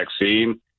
vaccine